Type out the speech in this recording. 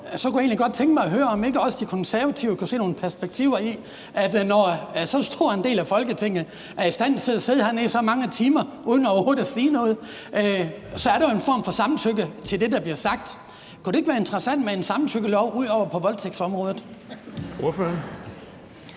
så kunne jeg egentlig godt tænke mig at høre, om ikke også De Konservative kunne se nogle perspektiver i, at når så stor en del af Folketinget er i stand til at sidde hernede i så mange timer uden overhovedet at sige noget, så er der jo en form for samtykke til det, der bliver sagt. Kunne det ikke være interessant med en samtykkelov ud over den på voldtægtsområdet? Kl.